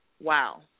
Wow